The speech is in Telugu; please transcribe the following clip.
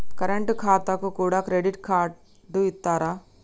కరెంట్ ఖాతాకు కూడా క్రెడిట్ కార్డు ఇత్తరా?